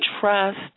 trust